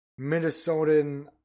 minnesotan